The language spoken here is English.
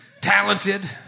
talented